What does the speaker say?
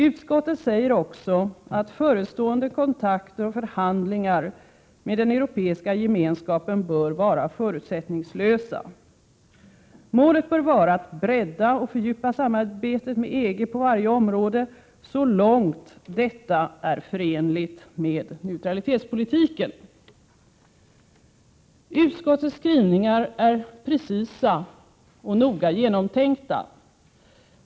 Utskottet säger också att förestående kontakter och förhandlingar med den Europeiska Gemenskapen bör vara förutsättningslösa. Målet bör vara att bredda och fördjupa samarbetet med EG på varje område så långt detta är förenligt med neutralitetspolitiken. Utskottets skrivningar är precisa och noga genomtänkta.